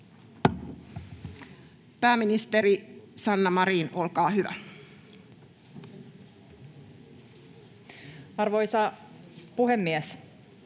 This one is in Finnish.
Pääministeri Sanna Marin, olkaa hyvä. [Speech